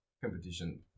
competition